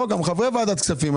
גם חברי ועדת הכספים.